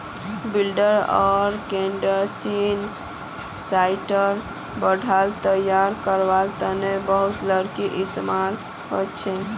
building आर construction साइटत ढांचा तैयार करवार तने बहुत लकड़ीर इस्तेमाल हछेक